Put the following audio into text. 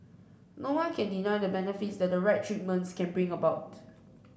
no one can deny the benefits that the right treatments can bring about